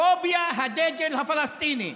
פוביית הדגל הפלסטיני.